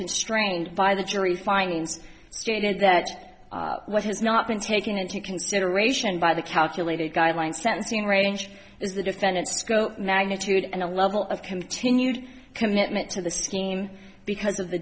constrained by the jury findings stated that what has not been taken into consideration by the calculated guideline sentencing range is the defendant's go magnitude and the level of continued commitment to the scheme because of the